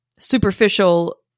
superficial